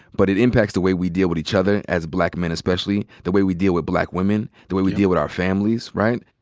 but it impacts the way we deal with each other as black men especially, the way we deal with black women, the way we deal our families, right?